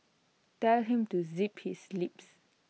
tell him to zip his lips